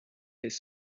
his